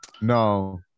no